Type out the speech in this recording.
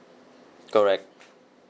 correct